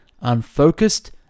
unfocused